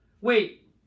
Wait